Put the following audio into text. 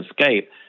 escape